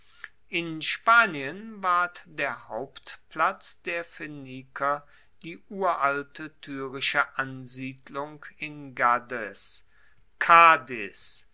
in spanien war der hauptplatz der phoeniker die uralte tyrische ansiedlung in gades